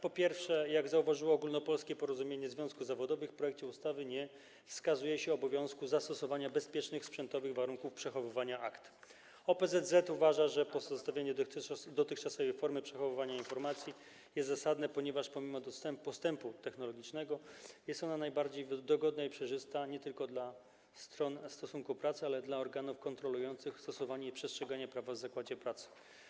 Po pierwsze, jak zauważyło Ogólnopolskie Porozumienie Związków Zawodowych, w projekcie ustawy nie wskazuje się obowiązku zastosowania bezpiecznych sprzętowych warunków przechowywania akt. OPZZ uważa, że pozostawienie dotychczasowej formy przechowywania informacji jest zasadne, ponieważ pomimo postępu technologicznego jest ona najbardziej dogodna i przejrzysta nie tylko dla stron stosunku pracy, ale także dla organów kontrolujących stosowanie i przestrzeganie prawa w zakładzie pracy.